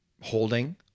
Holding